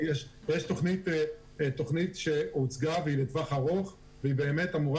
יש תוכנית שהוצגה והיא לטווח ארוך והיא אמורה